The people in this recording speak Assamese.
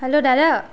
হেল্ল' দাদা